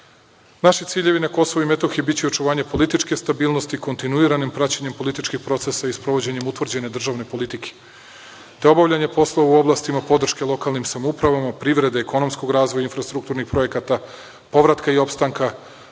ciljevi na Kosovu i Metohiji biće očuvanje političke stabilnosti, kontinuiranim praćenjem političkih procesa i sprovođenjem utvrđene državne politike, te obavljanje poslova u oblastima podrške lokalnim samoupravama, privrede, ekonomskog razvoja, infrastrukturnih projekata, povratka i opstanka,